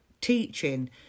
teaching